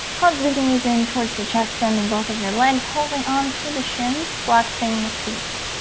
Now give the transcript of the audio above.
hug the knees in towards the chest bending both of your legs holding on to the shins flexing the feet.